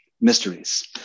mysteries